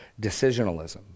decisionalism